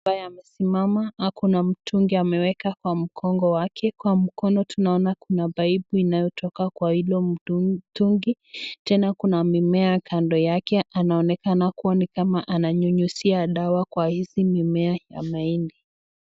ambaye amesimama ako na mtungi ameweka kwa mkongo wake. kwa mkono tunaona kuna paipu inayotoka kwa hilo mtungi. Tena kuna mimea kando yake anaonekana kuwa ni kama ananyunyizia dawa kwa hizi mimea ya mahindi.